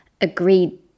agreed